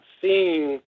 seeing